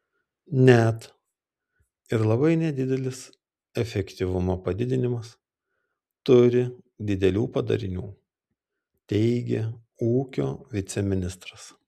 net ir labai nedidelis efektyvumo padidinimas turi didelių padarinių teigė ūkio viceministras